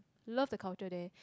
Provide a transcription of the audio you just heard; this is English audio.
love the culture there